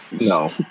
no